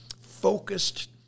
focused